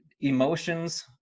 emotions